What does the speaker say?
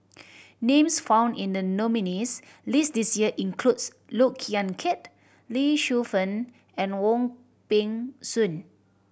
names found in the nominees' list this year includes Look Yan Kit Lee Shu Fen and Wong Peng Soon